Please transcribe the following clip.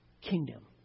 kingdom